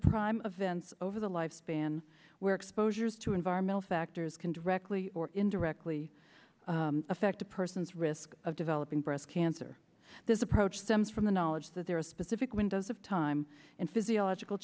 prime of events over the lifespan where exposures to environmental factors can directly or indirectly affect a person's risk of developing breast cancer this approach stems from the knowledge that there are specific windows of time and physiological